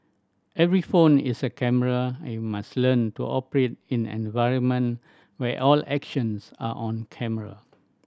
every phone is a camera and we must learn to operate in an environment where all actions are on camera